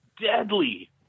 deadly